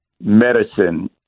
medicine